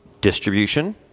distribution